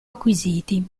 acquisiti